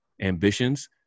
ambitions